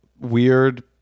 weird